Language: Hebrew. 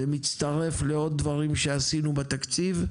זה מצטרף לעוד דברים שעשינו בתקציב.